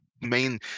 main